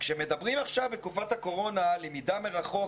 כשמדברים עכשיו בתקופת הקורונה על למידה מרחוק,